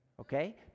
okay